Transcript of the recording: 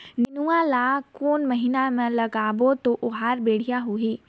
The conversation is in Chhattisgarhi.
नेनुआ ला कोन महीना मा लगाबो ता ओहार बेडिया होही?